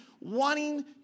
wanting